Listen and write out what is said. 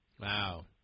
Wow